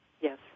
yes